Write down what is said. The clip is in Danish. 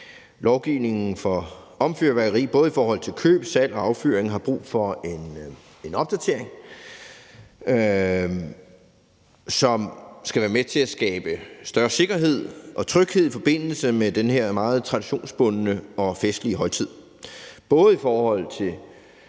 lovgivningen om fyrværkeri både i forhold til køb, salg og affyring har brug for en opdatering, som skal være med til at skabe større sikkerhed og tryghed i forbindelse med den her meget traditionsbundne og festlige højtid,